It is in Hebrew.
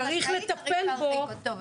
צריך לטפל בו.